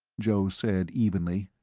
joe said evenly,